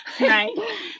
Right